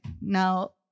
now